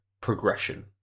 progression